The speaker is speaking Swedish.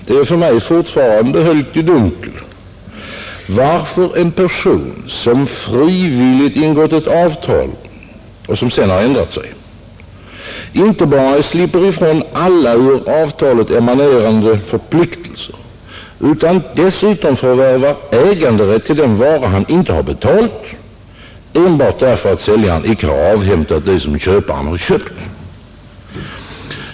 Det är för mig fortfarande höljt i dunkel varför en person, som frivilligt ingått ett avtal och som sedan ändrat sig, inte bara slipper ifrån alla ur avtalet emanerande förpliktelser utan dessutom förvärvar äganderätt till den vara han inte betalt, enbart därför att säljaren inte avhämtat det som köparen köpt.